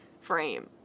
frame